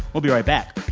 we'll be right back